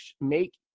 make